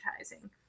advertising